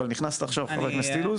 אבל נכנס עכשיו ח"כ אילוז אז בבקשה.